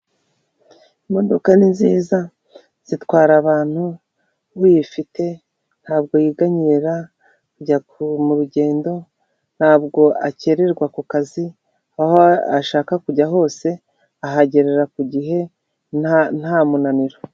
Imodoka ni nziza zitwara abantu, uyifite ntabwo yiganyira kujya mu rugendo, ntabwo akererwa ku kazi, aho ashaka kujya hose ahagerera ku gihe nta munaniro.